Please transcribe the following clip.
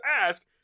ask